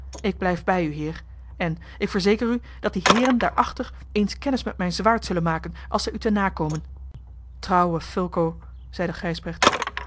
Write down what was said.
ik blijf bij u heer en ik verzeker u dat die heeren daar achter ons kennis met mijn zwaard zullen maken als zij u te na komen trouwe fulco zeide